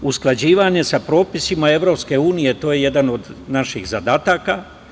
Usklađivanje sa propisima EU, to je jedan od naših zadataka.